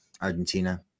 Argentina